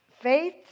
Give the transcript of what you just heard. Faith